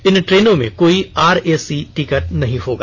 इन ट्रेनों में कोई आरएसी टिकट नहीं होगा